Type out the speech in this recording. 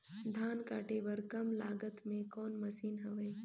धान काटे बर कम लागत मे कौन मशीन हवय?